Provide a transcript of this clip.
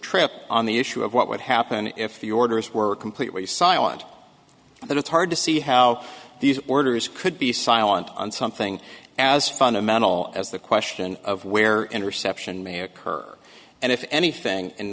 tripp on the issue of what would happen if the orders were completely silent but it's hard to see how these orders could be silent on something as fundamental as the question of where interception may occur and if anything in